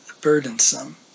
burdensome